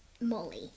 Molly